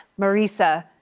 Marisa